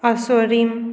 अस्वरीम